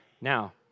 Now